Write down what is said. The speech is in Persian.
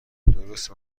درسته